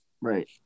Right